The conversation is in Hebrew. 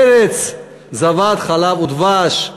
ארץ זבת חלב ודבש",